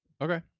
Okay